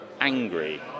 angry